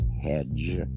hedge